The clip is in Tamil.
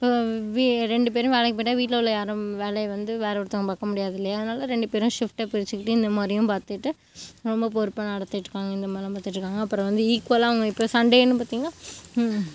வீ ரெண்டு பேரும் வேலைக்கு போயிவிட்டா வீட்டில் உள்ள யாரும் வேலையை வந்து வேறு ஒருத்தவுங்க பார்க்க முடியாது இல்லையா அதனால ரெண்டு பேரும் ஷிஃப்ட பிரிச்சிகிட்டு இந்த மாதிரியும் பார்த்துட்டு ரொம்ப பொறுப்பாக நடத்திட்யிருக்காங்க இந்த மாதிரி அப்புறோம் வந்து ஈக்குவலாக அவங்க இப்போ சண்டேன்னு பார்த்திங்கனா